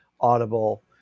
audible